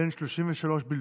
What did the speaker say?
בן 33 בלבד,